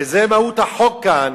וזה מהות החוק כאן